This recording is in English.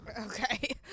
Okay